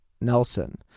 Nelson